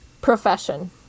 Profession